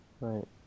Right